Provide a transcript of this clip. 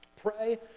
Pray